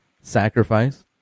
sacrifice